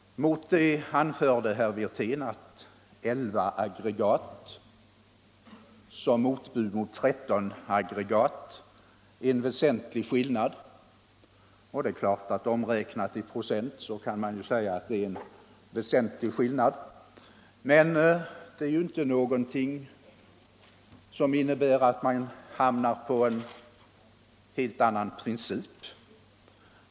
Mot det anförde herr Wirtén att 11 aggregat som motbud mot 13 aggregat innebär en väsentlig skillnad, och självfallet kan man om man räknar i procent hävda att så är fallet. Men denna skillnad är inte uttryck för någon helt olikartad princip.